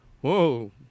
Whoa